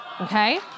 Okay